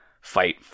fight